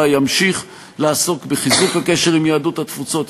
ימשיך לעסוק בחיזוק הקשר עם יהדות התפוצות,